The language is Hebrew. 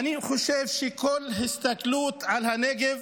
ואני חושב שבכל הסתכלות על הנגב